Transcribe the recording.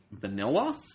Vanilla